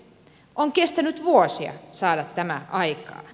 on kestänyt vuosia saada tämä aikaan